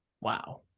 Wow